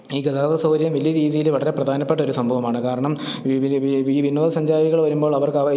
ഈ ഗതാഗത സൗകര്യം വലിയ രീതിയിൽ വളരെ പ്രധാനപ്പെട്ടൊരു സംഭവമാണ് കാരണം ഈ വിനോദസഞ്ചാരികൾ വരുമ്പോൾ അവർക്ക് അവ ഈ